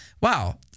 wow